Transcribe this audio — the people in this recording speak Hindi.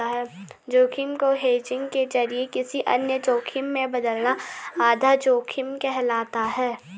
जोखिम को हेजिंग के जरिए किसी अन्य जोखिम में बदलना आधा जोखिम कहलाता है